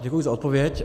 Děkuji za odpověď.